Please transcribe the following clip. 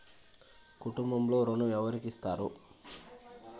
కుటుంబంలో ఋణం ఎవరికైనా ఇస్తారా?